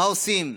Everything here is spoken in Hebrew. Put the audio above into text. מה עושים?